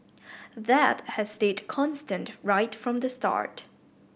that has stayed constant right from the start